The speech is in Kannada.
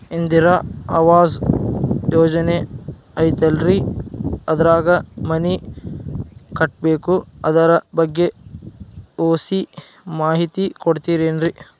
ಇಂದಿರಾ ಆವಾಸ ಯೋಜನೆ ಐತೇಲ್ರಿ ಅದ್ರಾಗ ಮನಿ ಕಟ್ಬೇಕು ಅದರ ಬಗ್ಗೆ ಒಸಿ ಮಾಹಿತಿ ಕೊಡ್ತೇರೆನ್ರಿ?